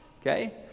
Okay